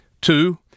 Two